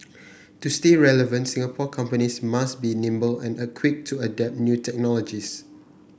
to stay relevant Singapore companies must be nimble and a quick to adopt new technologies